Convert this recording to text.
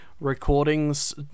recordings